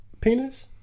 Penis